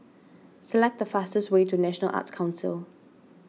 select the fastest way to National Arts Council